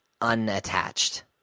unattached